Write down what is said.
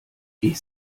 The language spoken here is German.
ich